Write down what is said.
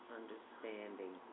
understanding